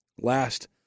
last